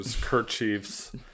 kerchiefs